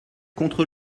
contre